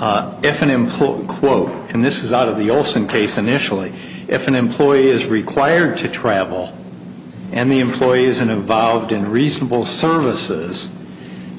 was if an employee quote and this is out of the olson case initially if an employee is required to travel and the employees in involved in reasonable services